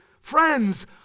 friends